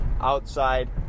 outside